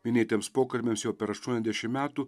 minėtiems pokalbiams jau per aštuoniasdešim metų